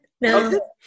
No